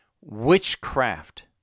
witchcraft